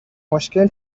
مشکل